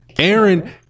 Aaron